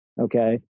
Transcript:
Okay